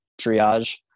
triage